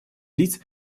лиц